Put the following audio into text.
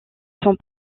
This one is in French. son